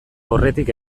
aurretik